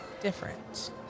different